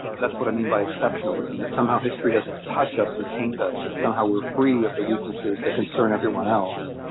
that's what i mean by exceptionalism, that somehow history doesn't touch us or taint us, that somehow we're free of the weaknesses that concern everyone else.